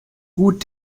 gut